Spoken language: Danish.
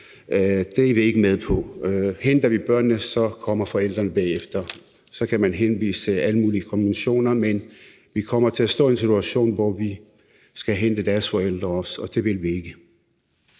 er vi ikke med på. Henter vi børnene, kommer forældrene bagefter, og så kan man henvise til alle mulige konventioner. Vi kommer til at stå i en situation, hvor vi også skal hente deres forældre, og det vil vi ikke.